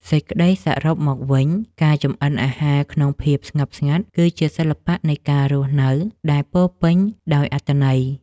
សេចក្តីសរុបមកវិញការចម្អិនអាហារក្នុងភាពស្ងប់ស្ងាត់គឺជាសិល្បៈនៃការរស់នៅដែលពោរពេញដោយអត្ថន័យ។